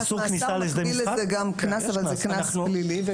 --- לזה גם קנס, אבל קנס פלילי.